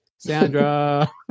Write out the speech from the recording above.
Sandra